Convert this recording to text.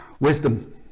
Wisdom